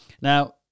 Now